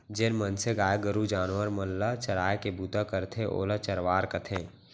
जेन मनसे गाय गरू जानवर मन ल चराय के बूता करथे ओला चरवार कथें